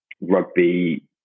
rugby